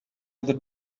other